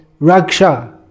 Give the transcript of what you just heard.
raksha